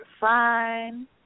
Fine